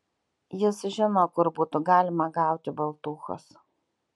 jis žino kur būtų galima gauti baltūchos